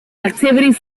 activities